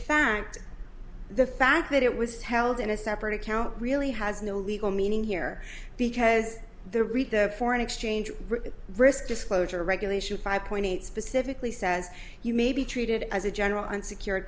fact the fact that it was held in a separate account really has no legal meaning here because the read the foreign exchange risk disclosure regulation five point eight specifically says you may be treated as a general unsecure